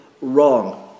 wrong